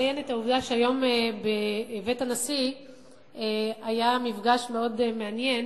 לציין את העובדה שהיום היה בבית הנשיא מפגש מאוד מעניין